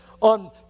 on